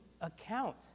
account